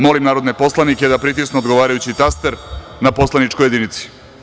Molim narodne poslanike da pritisnu odgovarajući taster na poslaničkoj jedinici.